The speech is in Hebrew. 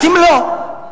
אתם לא.